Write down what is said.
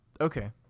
Okay